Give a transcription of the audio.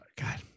God